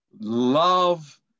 love